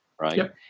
right